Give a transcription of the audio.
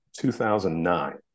2009